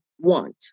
want